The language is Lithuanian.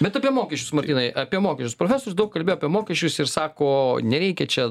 bet apie mokesčius martynai apie mokesčius profesorius daug kalbėjo apie mokesčius ir sako nereikia čia